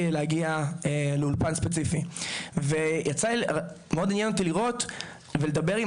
להגיע לאולפן ספציפי ומאוד עניין אותי לראות ולדבר עם